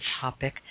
topic